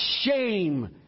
shame